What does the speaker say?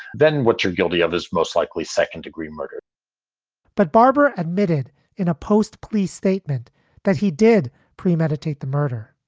then what you're guilty of is most likely second degree murder but barber admitted in a post police statement that he did premeditate the murder.